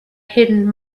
hidden